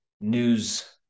news